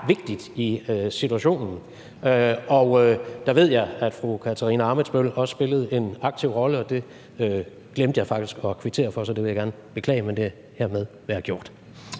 vigtigt i situationen. Jeg ved, at fru Katarina Ammitzbøll også spillede en aktiv rolle, og det glemte jeg faktisk at kvittere for, så det vil jeg gerne beklage, men det være hermed gjort.